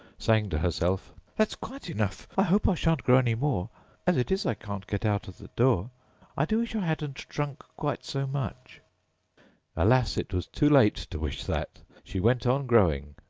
saying to herself that's quite enough i hope i shan't grow any more as it is, i can't get out at the door i do wish i hadn't drunk quite so much alas! it was too late to wish that! she went on growing,